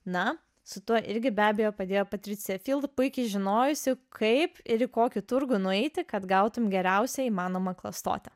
na su tuo irgi be abejo padėjo patricija puikiai žinojusi kaip ir į kokį turgų nueiti kad gautumei geriausią įmanomą klastotę